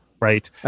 right